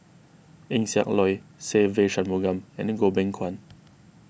Eng Siak Loy Se Ve Shanmugam and Goh Beng Kwan